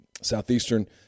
Southeastern